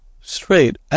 straight